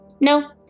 No